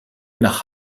nach